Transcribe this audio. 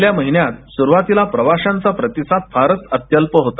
गेल्या महिन्यात सुरवातीला प्रवाशांचा प्रतिसाद फारच अत्यल्प होता